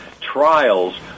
trials